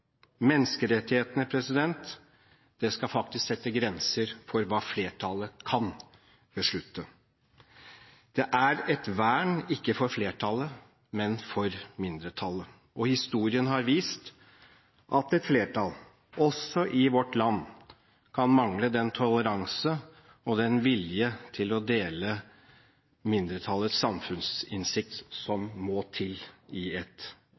Menneskerettighetene skal faktisk sette grenser for hva flertallet kan beslutte. Det er et vern, ikke for flertallet, men for mindretallet. Historien har vist at et flertall – også i vårt land – kan mangle toleranse og vilje til å dele mindretallets samfunnsinnsikt, som må til i